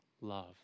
love